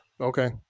Okay